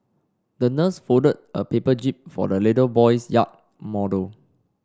the nurse folded a paper jib for the little boy's yacht model